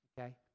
okay